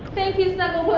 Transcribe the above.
thank you snuggle puss.